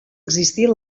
existir